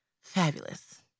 Fabulous